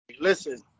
listen